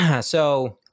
So-